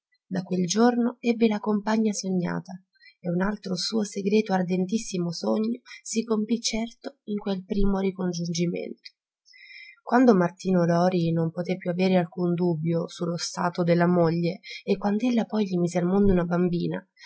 da quel giorno ebbe la compagna sognata e un altro suo segreto ardentissimo sogno si compì certo in quel primo ricongiungimento quando martino lori non poté più avere alcun dubbio su lo stato della moglie e quand'ella poi gli mise al mondo una bambina